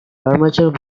premature